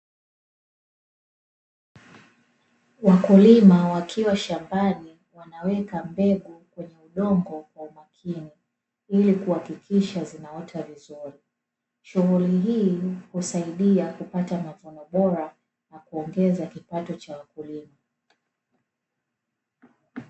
Wakulima wakiwa shambani wanaweka mbegu kwenye udongo kwa umakini, ili kuhakikisha zinaota vizuri. Shughuli hii husaidia kupata mavuno bora, na kuongeza kipato cha wakulima.